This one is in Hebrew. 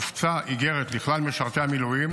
הופצה איגרת לכלל משרתי המילואים,